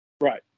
Right